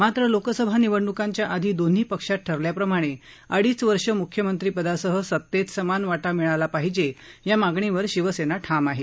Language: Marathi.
मात्र लोकसभा निवडण्कांआधी दोन्ही पक्षात ठरल्याप्रमाणे अडीच वर्ष म्ख्यमंत्रीपदासह सत्तेत समान वाटा मिळाला पाहिजे या मागणीवर शिवसेना ठाम आहे